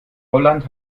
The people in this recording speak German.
holland